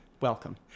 Welcome